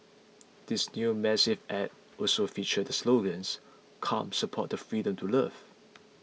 this new massive ad also features the slogans come support the freedom to love